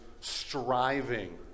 striving